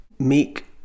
make